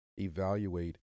evaluate